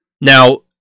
Now